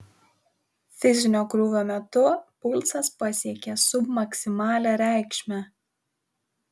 fizinio krūvio metu pulsas pasiekė submaksimalią reikšmę